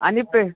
आणि पे